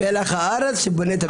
מלח הארץ שבונה את המדינה.